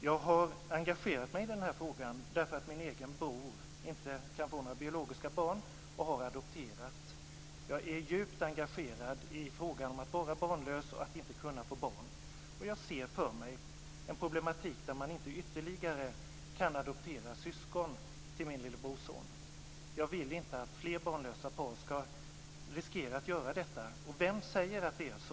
Jag har engagerat mig i denna fråga därför att min egen bror inte kan få några biologiska barn och har adopterat. Jag är djupt engagerad i frågan om att vara barnlös och inte kunna få barn. Jag ser för mig en problematik där min bror inte kan adoptera syskon till min lille brorson. Jag vill inte att fler barnlösa par ska riskera detta. Vem säger att det är så?